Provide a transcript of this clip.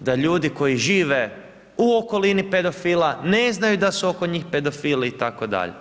da ljudi koji žive u okolini pedofila ne znaju da su oko njih pedofili itd.